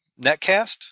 netcast